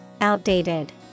outdated